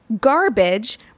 garbage